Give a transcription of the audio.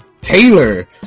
Taylor